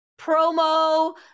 promo